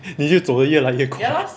你越走得越来越快